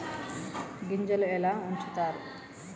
గింజలు ఎలా ఉంచుతారు?